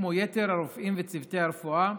כמו יתר הרופאים וצוותי הרפואה,